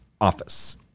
office